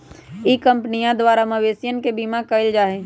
ई कंपनीया द्वारा मवेशियन के बीमा कइल जाहई